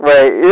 Right